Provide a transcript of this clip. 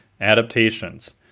adaptations